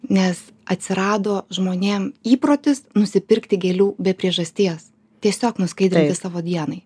nes atsirado žmonėm įprotis nusipirkti gėlių be priežasties tiesiog nuskaidrinti savo dienai